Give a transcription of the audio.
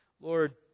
Lord